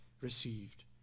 received